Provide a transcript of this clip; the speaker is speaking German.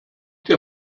dir